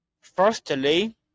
Firstly